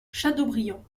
châteaubriant